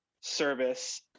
service